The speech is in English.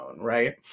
Right